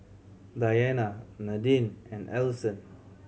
Diana Nadine and Ellison